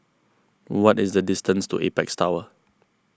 what is the distance to Apex Tower